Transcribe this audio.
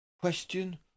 Question